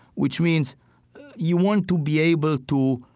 which means you want to be able to,